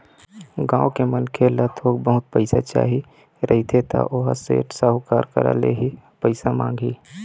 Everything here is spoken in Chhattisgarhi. गाँव के मनखे ल थोक बहुत पइसा चाही रहिथे त ओहा सेठ, साहूकार करा ले ही पइसा मांगही